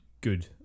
good